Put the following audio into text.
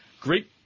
great